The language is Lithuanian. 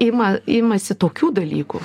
ima imasi tokių dalykų